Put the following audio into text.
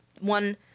one